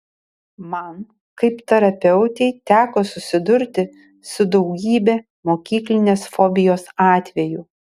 man kaip terapeutei teko susidurti su daugybe mokyklinės fobijos atvejų